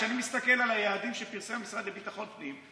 כשאני מסתכל על היעדים שפרסם המשרד לביטחון הפנים,